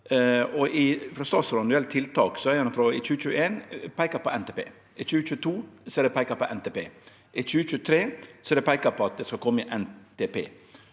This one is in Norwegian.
2021 peika på NTP. I 2022 er det peika på NTP. I 2023 er det peika på at det skal kome i NTP,